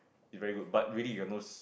it's very good but really you have no